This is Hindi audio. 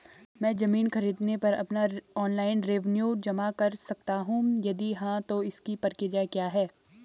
मैं ज़मीन खरीद पर अपना ऑनलाइन रेवन्यू जमा कर सकता हूँ यदि हाँ तो इसकी प्रक्रिया क्या है?